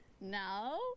No